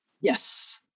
Yes